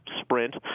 Sprint